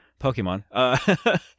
Pokemon